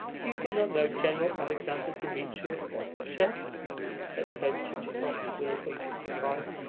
you do not know general alexander dmitrievitch betrishev? exclaimed chichikov with a touch of surprise.